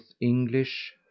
English